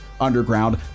underground